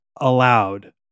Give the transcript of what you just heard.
allowed